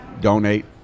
donate